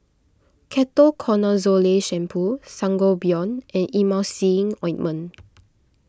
Ketoconazole Shampoo Sangobion and Emulsying Ointment